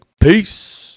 peace